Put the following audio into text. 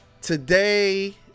Today